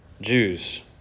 Jews